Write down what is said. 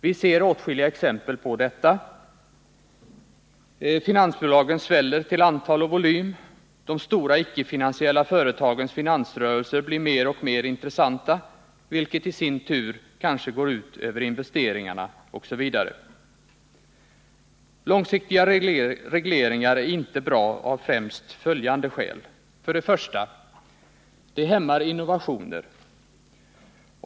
Vi ser åtskilliga exempel på detta. Finansbolagen sväller till antal och volym, de stora icke-finansiella företagens finansrörelser blir mer och mer intressanta, vilket i sin tur kanske går ut över investeringarna osv. Långsiktiga regleringar är inte bra av främst följande skäl: 1. De hämmar innovationer.